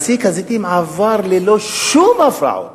מסיק הזיתים עבר ללא שום הפרעות.